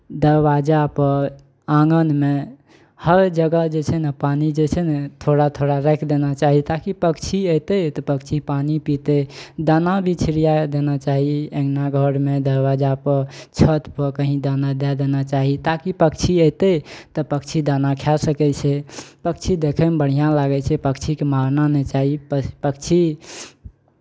दरवाजापर आङ्गनमे हर जगह जे छै ने पानि जे छै ने थोड़ा थोड़ा राखि देना चाही ताकि पक्षी अयतै तऽ पक्षी पानि पीतै दाना भी छिड़िया देना चाही अङ्गना घरमे दरवाजापर छतपर कहीँ दाना दए देना चाही ताकि पक्षी अयतै तऽ पक्षी दाना खाए सकै छै पक्षी देखैमे बढ़िआँ लागै छै पक्षीकेँ मारना नहि चाही प् पक्षी